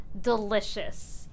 delicious